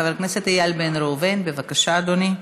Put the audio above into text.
חבר הכנסת איל בן ראובן, בבקשה, אדוני.